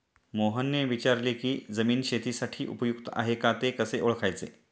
मोहनने विचारले की जमीन शेतीसाठी उपयुक्त आहे का ते कसे ओळखायचे?